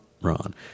ron